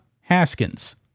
Haskins